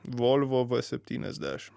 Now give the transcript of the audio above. volvo septyniasdešim